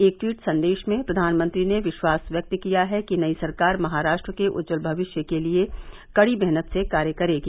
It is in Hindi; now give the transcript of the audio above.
एक ट्वीट संदेश में प्रधानमंत्री ने विश्वास व्यक्त किया है कि नई सरकार महाराष्ट्र के उज्जवल भविष्य के लिए कड़ी मेहनत से कार्य करेगी